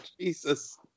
Jesus